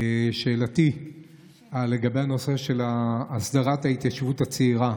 שאלתי היא לגבי הנושא של הסדרת ההתיישבות הצעירה.